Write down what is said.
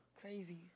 crazy